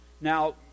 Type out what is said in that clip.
Now